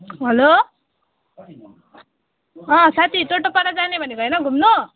hello अँ साथी टोटोपाडा जाने भनेको हैन घुम्न